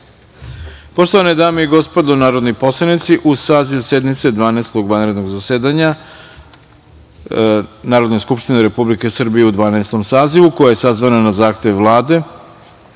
reda. Poštovane dame i gospodo narodni poslanici, uz saziv sednice Dvanaestog vanrednog zasedanja Narodne skupštine Republike Srbije u Dvanaestom sazivu, koja je sazvana na zahtev Vlade,